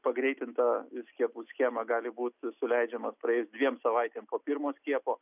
pagreitintą skiepų schemą gali būt suleidžiama praėjus dviem savaitėm po pirmo skiepo